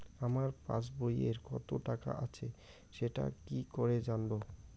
আমার পাসবইয়ে কত টাকা আছে সেটা কি করে জানবো?